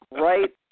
right